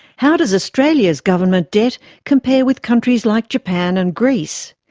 how does australia's government debt compare with countries like japan and greece?